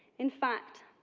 in fact,